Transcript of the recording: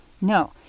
No